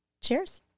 Cheers